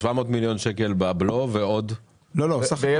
700 מיליון שקלים בבלו ועוד --- ויש